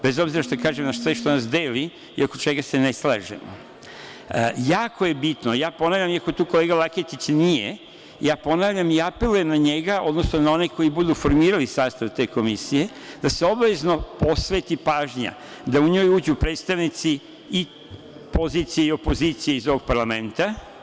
Bez obzira što kažem na sve što nas deli i oko čega se ne slažemo, jako je bitno, ponavljam iako tu kolega Laketić nije, ja ponavljam i apelujem na njega, odnosno na one koji budu formirali sastav te komisije, da se obavezno posveti pažnja da u nju uđu predstavnici i pozicije i opozicije iz ovog parlamenta.